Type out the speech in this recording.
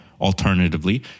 alternatively